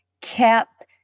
kept